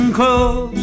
close